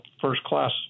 first-class